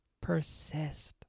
persist